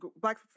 Black